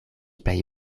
plej